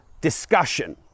discussion